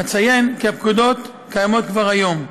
אציין כי הפקודות קיימות כבר היום.